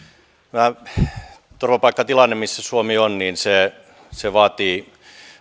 tämä turvapaikkatilanne missä suomi on vaatii